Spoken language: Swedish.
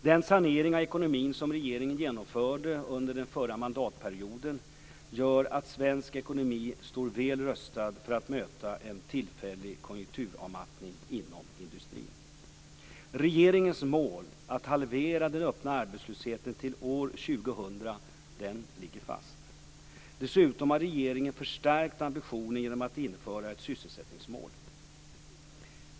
Den sanering av ekonomin som regeringen genomförde under den förra mandatperioden gör att svensk ekonomi står väl rustad för att möta en tillfällig konjunkturavmattning inom industrin. Regeringens mål att halvera den öppna arbetslösheten till år 2000 ligger fast. Dessutom har regeringen förstärkt ambitionen genom att införa ett sysselsättningsmål.